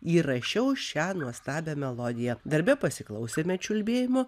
įrašiau šią nuostabią melodiją darbe pasiklausėme čiulbėjimo